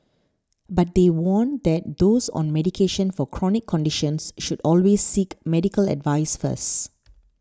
but they warn that those on medication for chronic conditions should always seek medical advice first